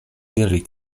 diri